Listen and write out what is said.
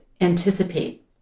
anticipate